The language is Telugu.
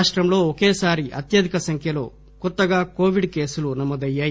రాష్టంలో ఒకే సారి అత్యధిక సంఖ్యలో కొత్త కోవిడ్ కేసులు నమోదయ్యి